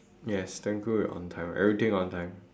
yes thank god we're on time everything on time